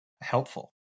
helpful